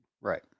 Right